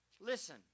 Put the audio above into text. Listen